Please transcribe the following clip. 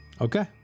Okay